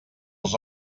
els